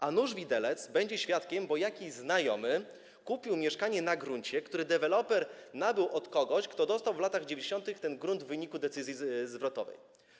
A nuż widelec będzie świadkiem, bo jakiś znajomy kupił mieszkanie na gruncie, który deweloper nabył od kogoś, kto w latach 90. dostał ten grunt w wyniku decyzji zwrotowej.